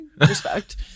Respect